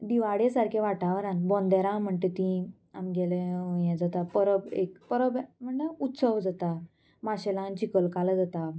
दिवाडे सारके वाटावरान बोंदेरां म्हणटा ती आमगेले हें जाता परब एक परब म्हणटा उत्सव जाता माशेलान चिखल कालो जाता